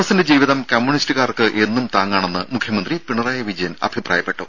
എസിന്റെ ജീവിതം കമ്മ്യൂണിസ്റ്റുകാർക്ക് എന്നും താങ്ങാണെന്ന് മുഖ്യമന്ത്രി പിണറായി വിജയൻ അഭിപ്രായപ്പെട്ടു